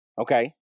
Okay